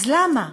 אז למה?